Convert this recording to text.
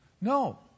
No